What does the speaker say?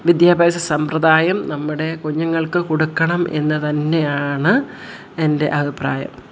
വിദ്യാഭ്യാസ സമ്പ്രദായം നമ്മുടെ കുഞ്ഞുങ്ങൾക്കു കൊടുക്കണം എന്നു തന്നെയാണ് എൻ്റെ അഭിപ്രായം